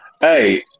Hey